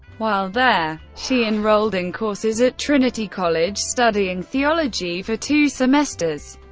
while there, she enrolled in courses at trinity college, studying theology for two semesters.